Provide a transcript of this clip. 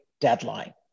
deadline